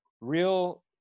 real